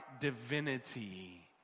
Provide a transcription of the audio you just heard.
divinity